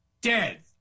Dead